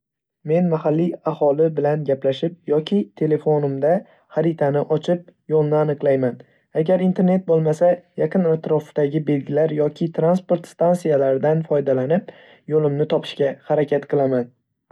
Men mahalliy aholi bilan gaplashib yoki telefonimda xaritani ochib yo‘lni aniqlayman. Agar internet bo‘lmasa, yaqin atrofdagi belgilar yoki transport stantsiyalaridan foydalanib, yo‘limni topishga harakat qilaman.